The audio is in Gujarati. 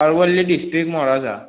અરવલ્લી ડીસ્ટ્રીકટ મોડાસા